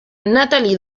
natalie